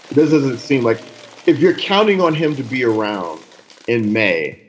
this is it seemed like if you're counting on him to be around in may,